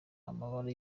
amabara